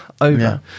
over